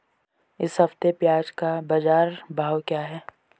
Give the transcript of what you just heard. इस हफ्ते प्याज़ का बाज़ार भाव क्या है?